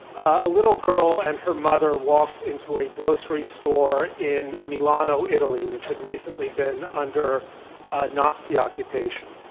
a little girl and her mother walked into a grocery store in milano, italy, which had recently been under nazi occupation.